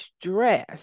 stress